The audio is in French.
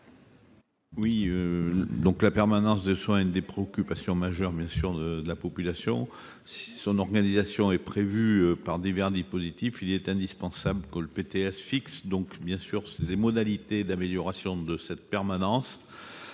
Chasseing. La permanence des soins est l'une des préoccupations majeures de la population. Si son organisation est prévue par divers dispositifs, il est indispensable que le PTS fixe les modalités d'amélioration de cette permanence